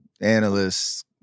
analysts